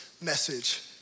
message